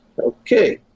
Okay